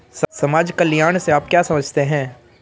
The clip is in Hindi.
समाज कल्याण से आप क्या समझते हैं?